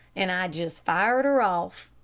and i just fired her off.